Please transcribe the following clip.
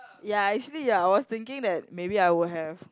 ya actually ya I was thinking that maybe I would have